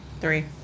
Three